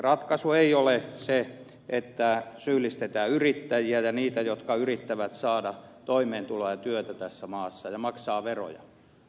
ratkaisu ei ole se että syyllistetään yrittäjiä ja niitä jotka yrittävät saada toimeentuloa ja työtä tässä maassa ja maksaa veroja